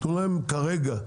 תנו להם, כרגע,